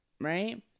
right